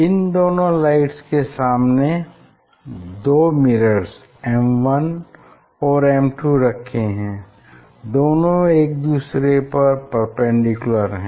इन दोनों लाइट्स के सामने दो मिरर्स M1 और M2 रखे हैं दोनों एक दूसरे पर परपेंडिकुलर हैं